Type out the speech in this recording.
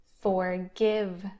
forgive